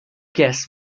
guests